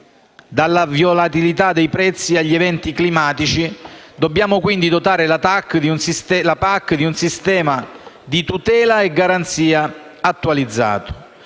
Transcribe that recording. dalla volatilità dei prezzi agli eventi climatici. Dobbiamo quindi dotare la PAC di un sistema di tutela e garanzia attualizzato;